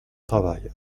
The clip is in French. travail